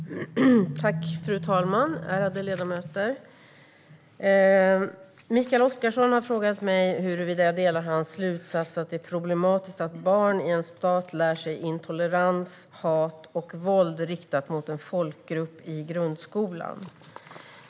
Svar på interpellationer Fru ålderspresident! Ärade ledamöter! Mikael Oscarsson har frågat mig huruvida jag delar hans slutsats att det är problematiskt att barn i en stat lär sig intolerans, hat och våld riktat mot en folkgrupp i grundskolan.